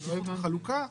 תכנית חלוקה,